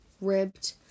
ribbed